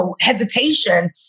hesitation